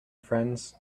friends